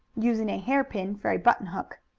using a hairpin for a buttonhook.